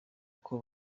uko